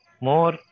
more